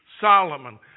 Solomon